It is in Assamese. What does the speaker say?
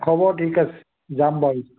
হ'ব ঠিক আছে যাম বাৰু